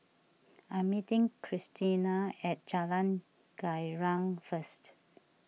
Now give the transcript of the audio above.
I'm meeting Krystina at Jalan Girang first